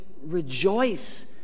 rejoice